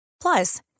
Plus